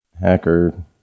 hacker